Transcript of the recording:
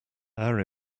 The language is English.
our